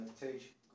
take